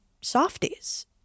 softies